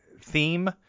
theme